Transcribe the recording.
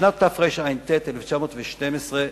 בשנת תרע"ט, 1919,